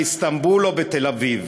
באיסטנבול או בתל-אביב.